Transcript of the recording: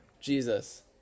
Jesus